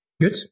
Good